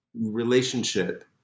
relationship